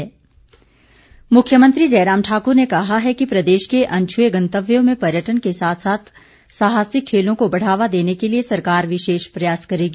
MTB मुख्यमंत्री जयराम ठाकुर ने कहा है कि प्रदेश के अनछुए गंतव्यों में पर्यटन के साथ साथ साहसिक खेलों को बढ़ावा देने के लिए सरकार विशेष प्रयास करेगी